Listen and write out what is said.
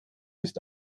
ist